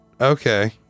Okay